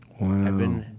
Wow